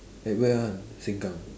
at where one Sengkang